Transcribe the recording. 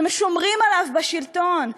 ששומרים עליו בשלטון,